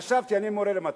חשבתי, אני מורה למתמטיקה,